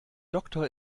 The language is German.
doktor